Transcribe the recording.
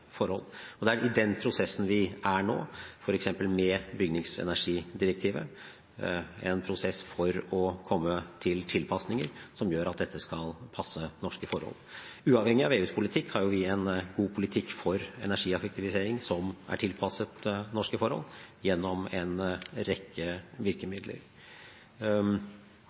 forhold. Det er i den prosessen vi er nå, f.eks. med bygningsenergidirektivet – en prosess for å komme frem til tilpasninger som gjør at dette skal passe norske forhold. Uavhengig av EUs politikk har vi en god politikk for energieffektivisering som er tilpasset norske forhold gjennom en rekke virkemidler.